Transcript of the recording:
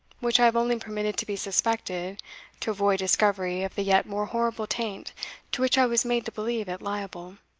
which i have only permitted to be suspected to avoid discovery of the yet more horrible taint to which i was made to believe it liable.